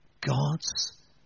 God's